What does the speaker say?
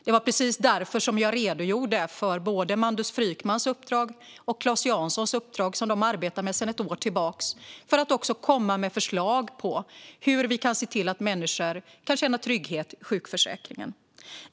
Det var därför jag redogjorde för de uppdrag som Mandus Frykman och Claes Jansson jobbar med sedan ett år tillbaka, där de ska komma med förslag för att människor ska känna trygghet i sjukförsäkringen.